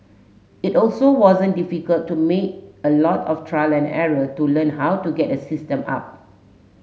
it also wasn't difficult to make a lot of trial and error to learn how to get a system up